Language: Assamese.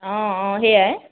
অঁ অঁ সেয়াই